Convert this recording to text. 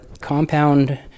compound